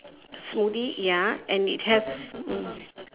smoothie ya and it has mm